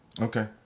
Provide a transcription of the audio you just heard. Okay